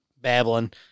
babbling